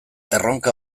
erronka